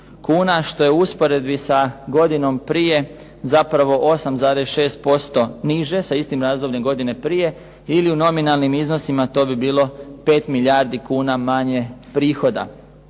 što je u usporedbi sa godinom prije zapravo 8,6% niže, sa istim razdobljem godine prije, ili u nominalnim iznosima to bi bilo 5 milijardi kuna manje prihoda.